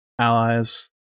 allies